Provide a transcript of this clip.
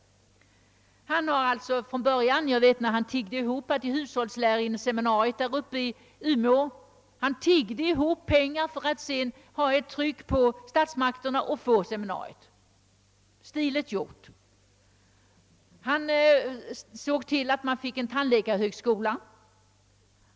Jag vet, att han tiggde till hushållslärarinneseminariet där uppe i Umeå — han tiggde ihop pengar för att sedan ha ett tryck på statsmakterna att få seminariet. Stiligt gjort! Han såg till, att man fick en tandläkarhögskola.